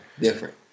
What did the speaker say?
different